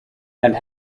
and